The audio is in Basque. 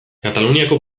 kataluniako